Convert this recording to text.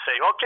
okay